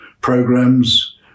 programs